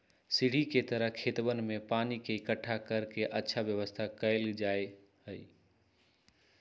सीढ़ी के तरह खेतवन में पानी के इकट्ठा कर के अच्छा व्यवस्था कइल जाहई